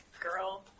girl